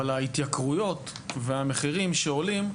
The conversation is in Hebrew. אבל ההתייקרויות והמחירים שעולים,